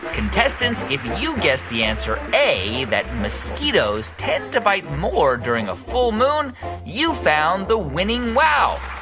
contestants, if you guessed the answer a that mosquitoes tend to bite more during a full moon you found the winning wow.